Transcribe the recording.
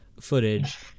footage